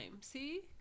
See